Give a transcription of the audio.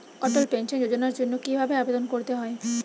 অটল pension যোজনার জন্য কি ভাবে আবেদন করতে হয়?